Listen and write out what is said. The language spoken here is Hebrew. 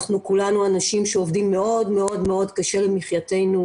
אנחנו כולנו אנשים שעובדים מאוד מאוד מאוד קשה למחייתנו.